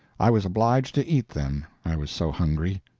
i was obliged to eat them, i was so hungry.